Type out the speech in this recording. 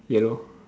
yellow